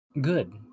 good